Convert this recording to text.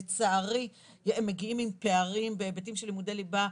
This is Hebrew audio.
לצערי, הם מגיעים עם פערים בהבטים של לימודי ליבה.